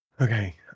Okay